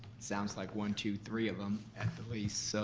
sounds like one, two, three of them at the least. so